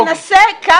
אתה מנסה כאן